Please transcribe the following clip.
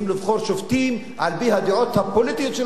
שופטים על-פי הדעות הפוליטיות שלהם,